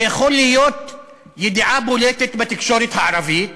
זו יכולה להיות ידיעה בולטת בתקשורת הערבית